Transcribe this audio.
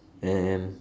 and